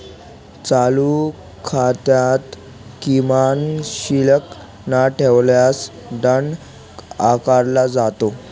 चालू खात्यात किमान शिल्लक न ठेवल्यास दंड आकारला जातो